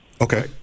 okay